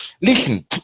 Listen